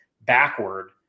backward